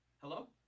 Hello